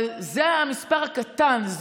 אבל זה המספר הקטן.